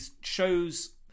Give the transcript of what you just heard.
shows